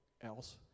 else